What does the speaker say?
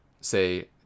say